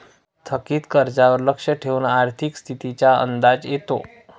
थकीत कर्जावर लक्ष ठेवून आर्थिक स्थितीचा अंदाज येतो